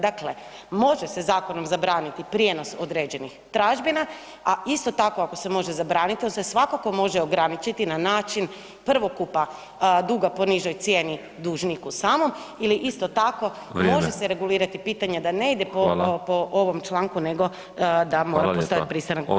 Dakle, može se zakonom zabraniti prijenos određenih tražbina, a isto tako, ako se može zabraniti, on se svakako može ograničiti na način prvokupa duga po nižoj cijeni dužniku samom ili isto tako, može [[Upadica: Vrijeme.]] se regulirati pitanje da ne ide [[Upadica: Hvala.]] po ovom članku nego da mora [[Upadica: Hvala lijepa.]] postojati pristanak.